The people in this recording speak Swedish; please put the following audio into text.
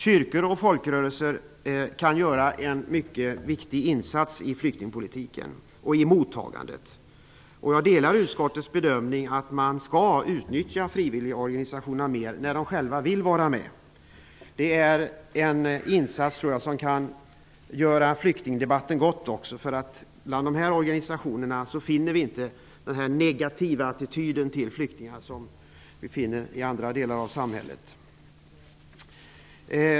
Kyrkor och folkrörelser kan göra en mycket viktig insats i flyktingpolitiken och flyktingmottagandet. Jag delar utskottets bedömning att man skall utnyttja frivilligorganisationerna mer, när de själva vill. Det är en insats som jag tror kan göra flyktingdebatten gott. Bland de här organisationerna finner vi inte samma negativa attityd till flyktingar som vi finner i andra delar av samhället.